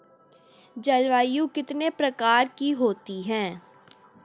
जलवायु कितने प्रकार की होती हैं?